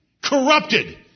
Corrupted